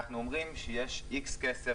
אנחנו אומרים שיש X כסף,